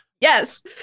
Yes